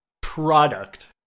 product